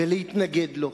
ולהתנגד לו,